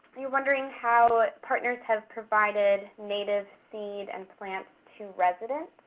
you're wondering how partners have provided native seed and plants to residents?